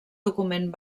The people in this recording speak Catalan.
document